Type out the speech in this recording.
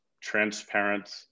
transparent